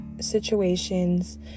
situations